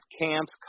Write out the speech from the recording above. camps